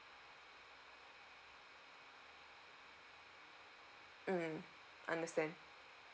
mm understand